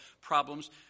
problems